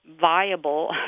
viable